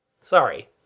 Sorry